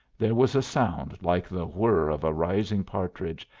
there was a sound like the whir of a rising partridge,